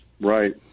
Right